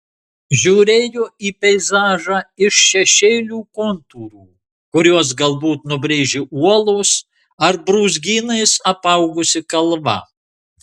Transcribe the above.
žiūrėjo į peizažą iš šešėlių kontūrų kuriuos galbūt nubrėžė uolos ar brūzgynais apaugusi kalva